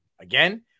again